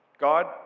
God